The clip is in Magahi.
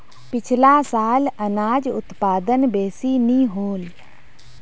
पिछला साल अनाज उत्पादन बेसि नी होल